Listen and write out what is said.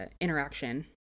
interaction